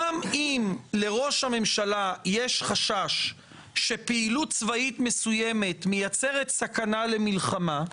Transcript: גם אם לראש הממשלה יש חשש שפעילות צבאית מסוימת מייצרת סכנה למלחמה,